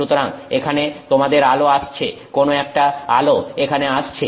সুতরাং এখানে তোমাদের আলো আসছে কোনো একটা আলো এখানে আসছে